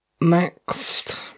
Next